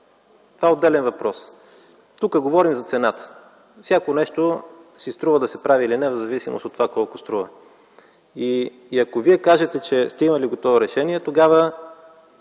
това е отделен въпрос. Тук говорим за цената. Всяко нещо си струва да се прави или не в зависимост от това колко струва. Ако Вие кажете, че сте имали готово решение, тогава